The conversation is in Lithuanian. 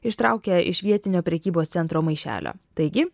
ištraukia iš vietinio prekybos centro maišelio taigi